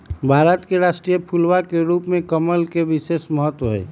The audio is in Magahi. भारत के राष्ट्रीय फूलवा के रूप में कमल के विशेष महत्व हई